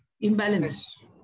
imbalance